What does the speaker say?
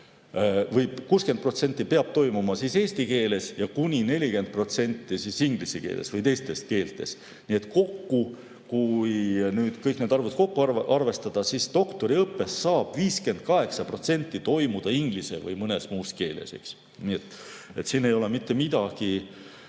60% peab toimuma eesti keeles ja kuni 40% inglise keeles või teistes keeltes. Kui kõik need arvud kokku arvestada, siis doktoriõppes saab 58% toimuda inglise või mõnes muus keeles. Nii et siin ei ole mitte midagi